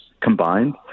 combined